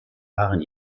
waren